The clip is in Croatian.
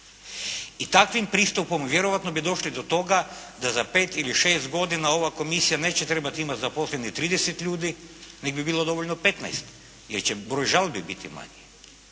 I takvim pristupom vjerojatno bi došli do toga da za pet ili šest godina ova komisija neće trebati imati zaposleno 30 ljudi nego bi bilo dovoljno petnaest jer će broj žalbi biti manji.